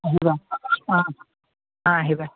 আহিবা অঁ অঁ আহিবা